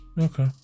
Okay